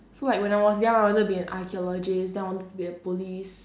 so like when I was young I wanted to be an archaeologist then I wanted to be a police